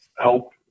help